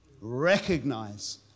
recognize